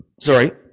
Sorry